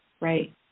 Right